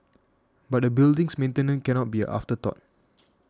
but a building's maintenance cannot be afterthought